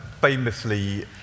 famously